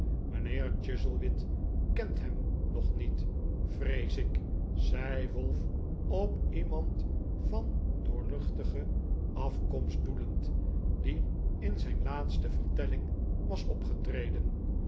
mijnheer chuzzlewit kent hem nog niet vrees ik zei wolf op iemand van doorluchtige afkomst doelend die in zijn laatste vertelling was opgetreden